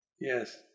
yes